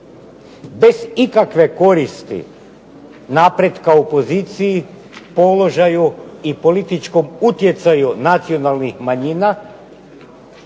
bez ikakve koristi napretka u poziciji, položaju i političkom utjecaju nacionalnih manjina